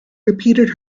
repeated